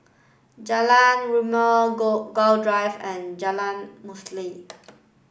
Jalan Rimau Gul Drive and Jalan Mulia